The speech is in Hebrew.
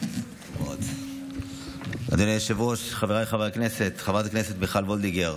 טל מירון, אינה נוכחת, חבר הכנסת אחמד טיבי,